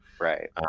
Right